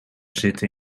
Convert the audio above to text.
zitten